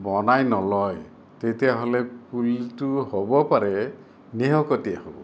বনাই নলয় তেতিয়াহ'লে পুলিটো হ'ব পাৰে নিশকতীয়া হ'ব